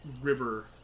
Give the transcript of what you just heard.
river